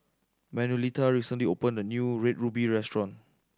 Manuelita recently opened a new Red Ruby restaurant